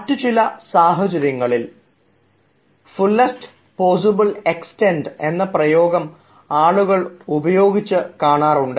മറ്റു ചില സാഹചര്യങ്ങളിൽ ഫുള്ളസ്റ്റ് പോസിബിൾ എക്സ്റ്റൻറ് എന്ന പ്രയോഗം ആളുകൾ ഉപയോഗിച്ച് കാണാറുണ്ട്